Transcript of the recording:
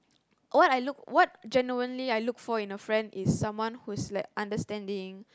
what I look what genuinely I look for in a friend is someone who's like understanding